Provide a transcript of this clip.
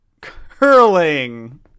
Curling